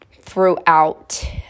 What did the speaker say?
throughout